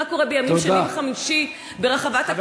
מה קורה בימים שני וחמישי ברחבת הכותל -- תודה.